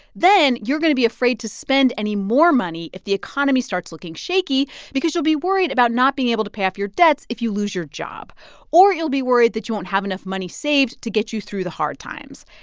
then you're going to be afraid to spend any more money if the economy starts looking shaky because you'll be worried about not being able to pay off your debts if you lose your job or you'll be worried that you won't have enough money saved to get you through the hard times.